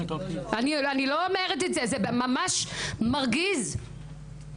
זה ממש מרגיז.